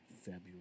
February